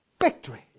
Victory